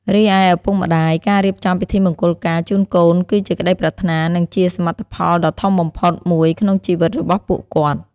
រីឯ ឪពុកម្តាយ ការរៀបចំពិធីមង្គលការជូនកូន គឺជាក្តីប្រាថ្នា និងជាសមិទ្ធផលដ៏ធំបំផុតមួយក្នុងជីវិតរបស់ពួកគាត់។